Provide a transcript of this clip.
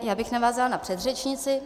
Já bych navázala na předřečnici.